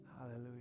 Hallelujah